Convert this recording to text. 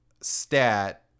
stat